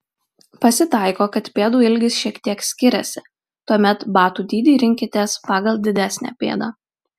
pasitaiko kad pėdų ilgis šiek tiek skiriasi tuomet batų dydį rinkitės pagal didesnę pėdą